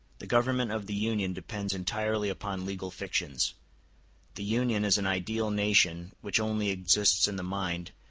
the government of the union depends entirely upon legal fictions the union is an ideal nation which only exists in the mind,